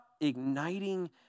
igniting